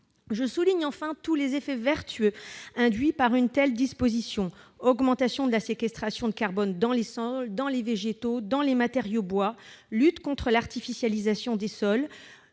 Je souligne pour finir tous les effets vertueux induits par cette disposition : augmentation de la séquestration de CO2 dans les sols, les végétaux et les matériaux en bois, lutte contre l'artificialisation des sols,